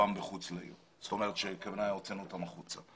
רובם מחוץ לעיר, כלומר, הוצאנו אותם החוצה.